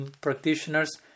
practitioners